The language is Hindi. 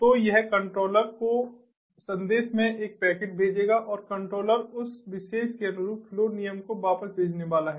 तो यह कंट्रोलर को संदेश में एक पैकेट भेजेगा और कंट्रोलर उस विशेष के अनुरूप फ्लो नियम को वापस भेजने वाला है